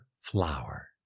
flower